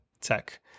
tech